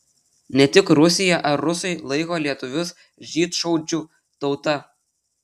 ne tik rusija ar rusai laiko lietuvius žydšaudžių tauta